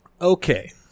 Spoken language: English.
Okay